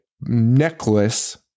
necklace